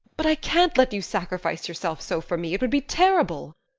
but i can't let you sacrifice yourself so for me. it would be terrible.